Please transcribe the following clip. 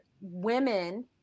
women